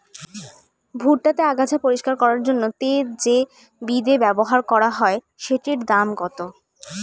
ভুট্টা তে আগাছা পরিষ্কার করার জন্য তে যে বিদে ব্যবহার করা হয় সেটির দাম কত?